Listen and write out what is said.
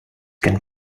can